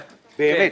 באמת.